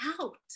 out